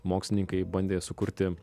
mokslininkai bandė sukurti